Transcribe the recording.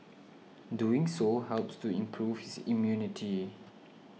doing so helps to improve his immunity